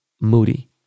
Moody